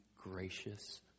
gracious